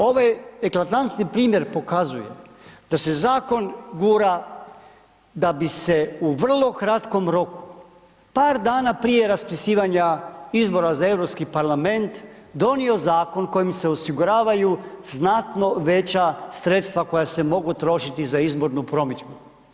Ovaj eklatantni primjer pokazuje da se zakon gura da bi se u vrlo kratkom roku, par dana prije raspisivanja izbora za Europski parlament donio zakon kojim se osiguravaju znatno veća sredstva koja se mogu trošiti za izbornu promidžbu.